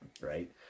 Right